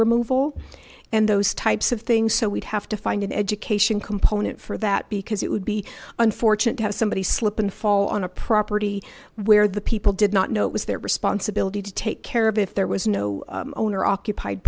removal and those types of things so we'd have to find an education component for that because it would be unfortunate to have somebody slip and fall on a property where the people did not know it was their responsibility to take care of if there was no owner occupied